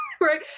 right